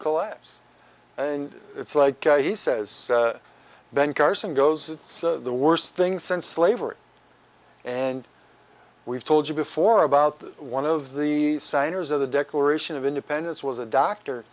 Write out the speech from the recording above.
collapse and it's like he says ben carson goes it's the worst thing since slavery and we've told you before about that one of the signers of the declaration of independence was a doctor